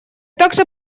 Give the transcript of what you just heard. также